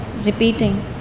repeating